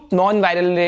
non-viral